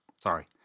sorry